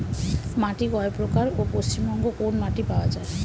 মাটি কয় প্রকার ও পশ্চিমবঙ্গ কোন মাটি পাওয়া য়ায়?